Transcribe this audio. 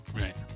Right